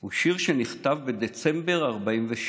הוא שיר שנכתב בדצמבר 1947